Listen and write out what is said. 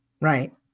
Right